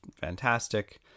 fantastic